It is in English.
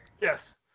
Yes